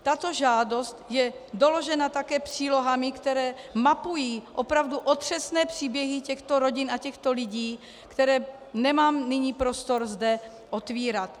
Tato žádost je doložena také přílohami, které mapují opravdu otřesné příběhy těchto rodin a těchto lidí, které nemám nyní prostor zde otvírat.